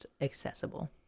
accessible